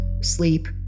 sleep